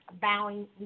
bowing